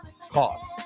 cost